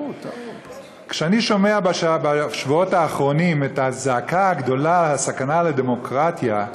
כשאני שומע בשבועות האחרונים את הזעקה הגדולה על הסכנה לדמוקרטיה,